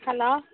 hello